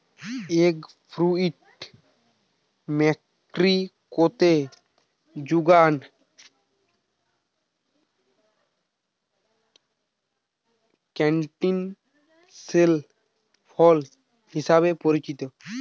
egg fruit মেক্সিকোতে যুগান ক্যান্টিসেল ফল হিসেবে পরিচিত